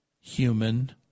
human